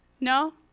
no